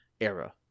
era